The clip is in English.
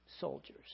soldiers